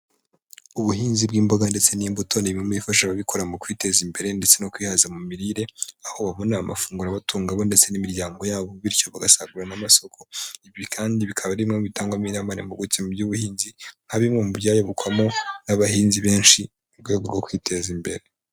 Ubuhinzi bw'imboga ndetse n'imbuto ni bimwe mu bifasha ababikora mu kwiteza imbere ndetse no kwihaza mu mirire, aho babona amafunguro batunga bo ndetse n'imiryango yabo bityo bagasagurira n'amasoko, ibi kandi bikaba aririmo bitangagwa mirebane mutse mu by'ubuhinzi nka bimwe mu byayobokwamo n'abahinzi benshi mu rwego rwo kwiteza imbere.